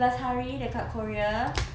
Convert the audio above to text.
sebelas hari dekat korea